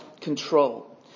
control